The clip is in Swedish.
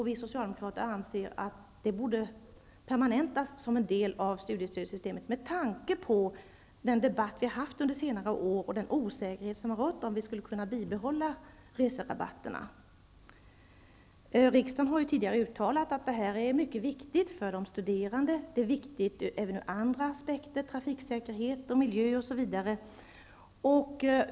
Vi socialdemokrater anser att dessa borde permanentas som en del av studiestödssystemet med tanke på den debatt som förts under senare år och den osäkerhet som rått om huruvida vi skulle bibehålla reserabatterna. Riksdagen har ju tidigare uttalat att detta är mycket viktigt för de studerande. Det är viktigt även ur andra aspekter -- trafiksäkerhet, miljö osv.